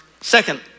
second